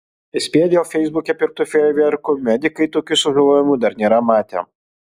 įspėja dėl feisbuke pirktų fejerverkų medikai tokių sužalojimų dar nėra matę